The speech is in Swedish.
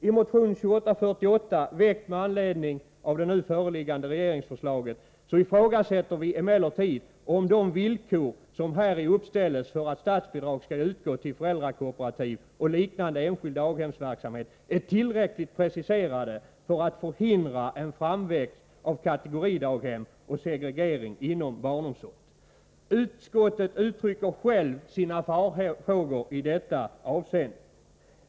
I motion 2848, väckt med anledning av det nu föreliggande regeringsförslaget, ifrågasätter vi emellertid om de villkor som häri uppställs för att statsbidrag skall utgå till föräldrakooperativ och liknande enskild daghemsverksamhet är tillräckligt preciserade för att förhindra en framväxt av kategoridaghem och segregering inom barnomsorgen. Utskottet uttrycker självt farhågor i detta avseende.